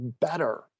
better